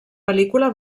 pel·lícula